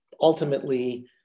ultimately